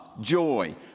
joy